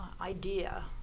idea